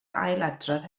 ailadrodd